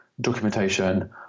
documentation